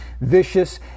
vicious